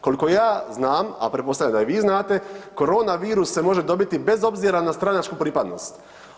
Koliko ja znam, a ja pretpostavljam da i vi znate, koronavirus se može dobiti bez obzira na stranačku pripadnost.